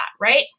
right